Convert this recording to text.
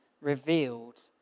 revealed